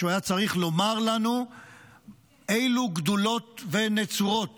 כשהוא היה צריך לומר לנו אילו גדולות ונצורות